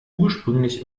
ursprünglich